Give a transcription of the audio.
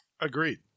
Agreed